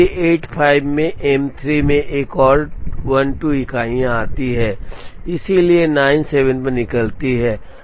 इसलिए 85 में M3 में एक और 12 इकाइयाँ आती हैं इसलिए 97 पर निकलती है